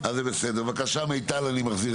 יש לך איזה שהוא הסבר מניח את